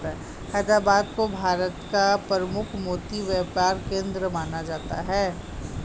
हैदराबाद को भारत का प्रमुख मोती व्यापार केंद्र माना जाता है